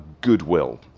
goodwill